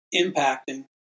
impacting